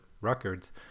records